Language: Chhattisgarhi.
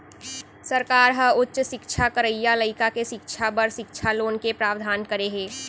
सरकार ह उच्च सिक्छा करइया लइका के सिक्छा बर सिक्छा लोन के प्रावधान करे हे